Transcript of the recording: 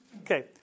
Okay